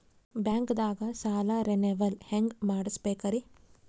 ಬ್ಯಾಂಕ್ದಾಗ ಸಾಲ ರೇನೆವಲ್ ಹೆಂಗ್ ಮಾಡ್ಸಬೇಕರಿ?